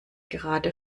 gerade